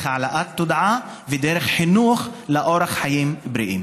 העלאת תודעה ודרך חינוך לאורח חיים בריא.